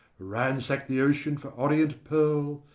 ransack the ocean for orient pearl,